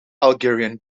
algerian